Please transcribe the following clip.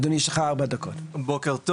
בוקר טוב,